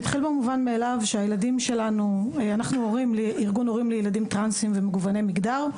אנחנו ארגון הורים לילדים טרנסים ומגווני מגדר,